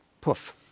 poof